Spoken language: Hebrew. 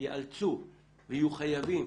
יאלצו ויהיו חייבים